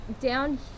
down